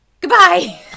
Goodbye